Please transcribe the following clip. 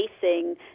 facing